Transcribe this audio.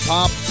Pop